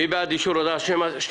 מי בעד אישור הודעה 12-002,